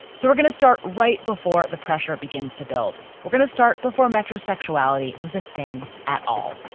so we're going to start right before the pressure begins to build. we're going to start before metro sexuality was a thing at all